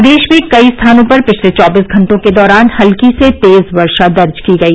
प्रदेश में कई स्थानों पर पिछले चौबीस घंटों के दौरान हल्की से तेज वर्षा दर्ज की गई